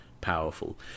powerful